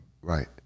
Right